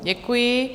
Děkuji.